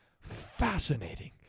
fascinating